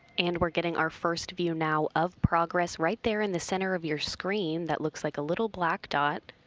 and we're getting our first view now of progress right there in the center of your screen. that looks like a little black dot.